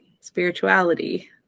spirituality